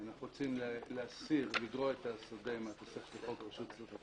אנחנו רוצים לגרוע את השדה מהתוספת לחוק רשות שדות התעופה,